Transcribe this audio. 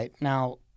Now